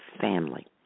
family